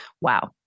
Wow